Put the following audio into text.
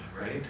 right